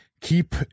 keep